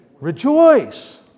rejoice